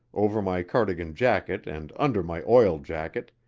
over my cardigan jacket and under my oil jacket,